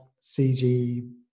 CG